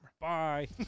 Bye